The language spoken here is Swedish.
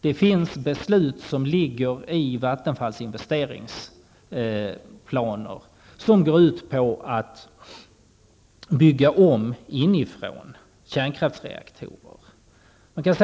Det finns beslut i Vattenfalls investeringsprogram som går ut på att man skall bygga om kärnkraftsreaktorer inifrån.